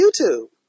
YouTube